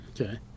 Okay